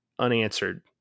unanswered